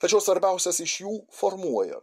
tačiau svarbiausias iš jų formuoja